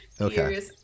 Okay